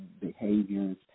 behaviors